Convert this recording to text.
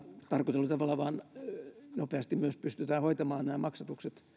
tarkoitetulla tavalla nopeasti pystytään hoitamaan nämä maksatukset